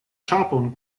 ĉapon